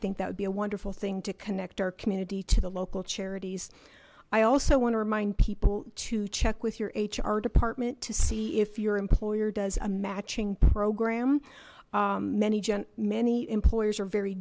think that would be a wonderful thing to connect our community to the local charities i also want to remind people to check with your h r department to see if your employer does a matching program many gente many employers are very